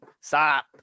stop